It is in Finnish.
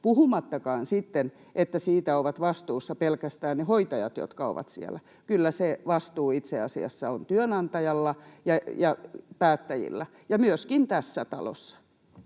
puhumattakaan sitten, että siitä ovat vastuussa pelkästään ne hoitajat, jotka ovat siellä. Kyllä se vastuu itse asiassa on työnantajalla ja päättäjillä — ja myöskin tässä talossa.